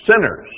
sinners